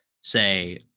say